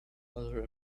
other